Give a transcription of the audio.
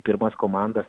pirmas komandas